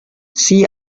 see